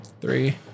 three